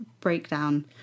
breakdown